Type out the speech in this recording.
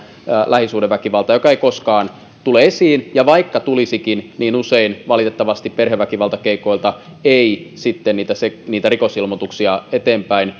lähisuhdeväkivaltaa joka ei koskaan tule esiin ja vaikka tulisikin niin usein valitettavasti perheväkivaltakeikoilta ei sitten niitä rikosilmoituksia eteenpäin